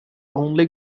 only